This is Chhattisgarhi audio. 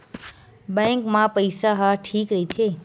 बैंक मा पईसा ह ठीक राइथे?